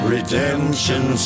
Redemption